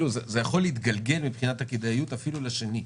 זה יכול להתגלגל מבחינת הכדאיות אפילו לשני.